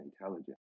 intelligence